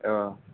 अँ